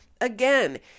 again